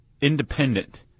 independent